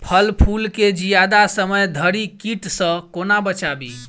फल फुल केँ जियादा समय धरि कीट सऽ कोना बचाबी?